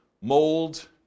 mold